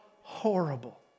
horrible